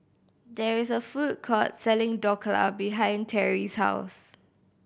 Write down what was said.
there is a food court selling Dhokla behind Terrie's house